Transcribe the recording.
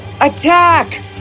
Attack